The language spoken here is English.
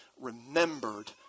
remembered